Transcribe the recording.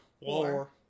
War